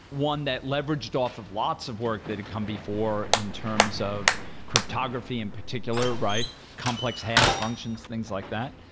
one that leveraged off of lots of work that had come before in terms of cryptography in particular, right? complex hash functions, things like that.